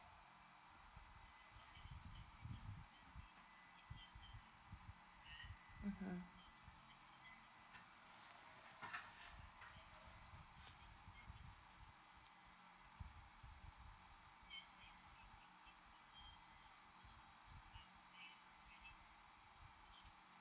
mmhmm